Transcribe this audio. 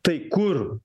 tai kur